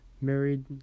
married